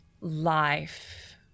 life